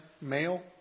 male